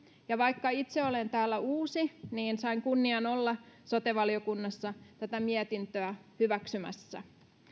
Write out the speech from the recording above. ja vaikka itse olen täällä uusi niin sain kunnian olla sote valiokunnassa tätä mietintöä hyväksymässä